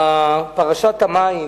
פרשת המים,